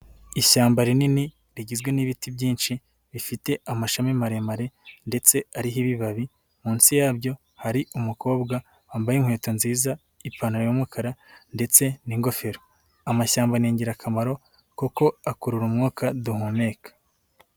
Ishyamba rinini rigizwe n'ibiti byinshi, bifite amashami maremare, ndetse ariho ibibabi munsi yabyo hari umukobwa wambaye inkweto nziza, ipantaro y'umukara, ndetse n'ingofero. Amashyamba ni ingirakamaro, kuko akurura umwuka duhumeka.